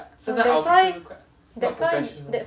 no that's why that's why